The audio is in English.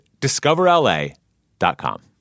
discoverla.com